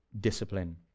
discipline